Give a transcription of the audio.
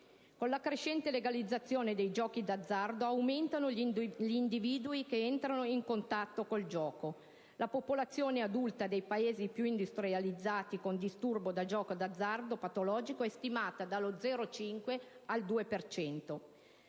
Con la crescente legalizzazione di giochi d'azzardo aumentano gli individui che entrano in contatto col gioco. La popolazione adulta dei Paesi industrializzati con disturbi da gioco d'azzardo patologico è stimata tra lo 0,5 e il